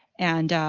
and,